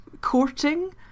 courting